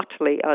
utterly